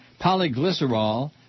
polyglycerol